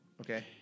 Okay